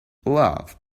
love